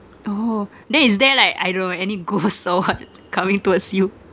oh then is there like I don't know any ghost or what coming towards you